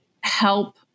help